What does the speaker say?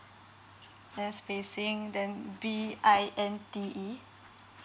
that's facing then B I N T E